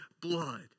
blood